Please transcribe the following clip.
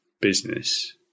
business